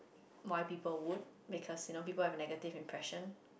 might people would because you know people have a negative impression